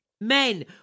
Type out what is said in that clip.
men